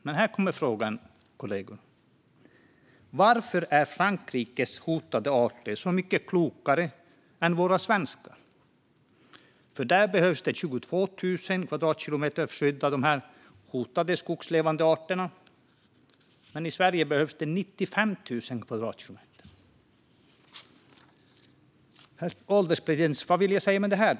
Men här kommer frågan, kollegor: Varför är Frankrikes hotade arter så mycket klokare än våra svenska? I Frankrike behöver nämligen 22 000 kvadratkilometer med hotade skogslevande arter skyddas, men i Sverige behövs det 95 000 kvadratkilometer. Herr ålderspresident! Vad vill jag då säga med detta?